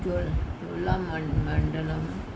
ਚੋ ਚੋਲਾਮੰਡਲਮ